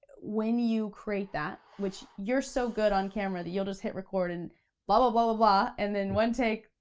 when you create that, which you're so good on camera that you'll just hit record and blah, blah, blah, ah blah, blah, and then one take,